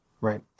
Right